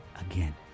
again